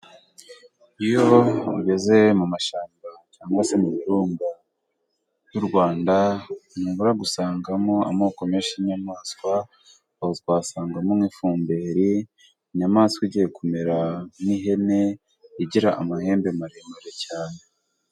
Iyo ugeze mu mashyamba cyangwa se mubirunga by'urwanda ntubura gusangamo amoko menshi y'inyamaswa twasangamo nk'ifumberi inyamaswa igiye kumera nk'ihene igira amahembe maremare cyane.